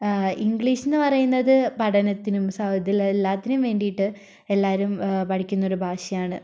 English എന്നു പറയുന്നത് പഠനത്തിനും ഇതിനെല്ലാത്തിനും വേണ്ടിയിട്ട് എല്ലാവരും പഠിക്കുന്നൊരു ഭാഷയാണ്